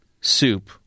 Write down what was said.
soup